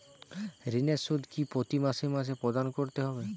ঋণের সুদ কি প্রতি মাসে মাসে প্রদান করতে হবে?